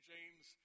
James